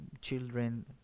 children